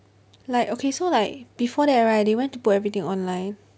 like okay so like before that right they went to put everything online